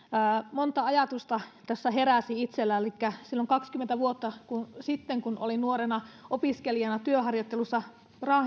monta ajatusta tässä heräsi itsellä elikkä silloin kaksikymmentä vuotta sitten kun olin nuorena opiskelijana työharjoittelussa